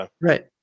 Right